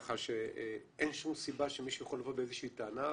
כך שאין שום סיבה שמישהו יכול לבוא באיזושהי טענה,